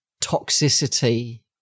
toxicity